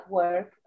work